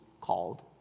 called